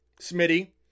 Smitty